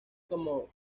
como